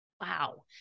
Wow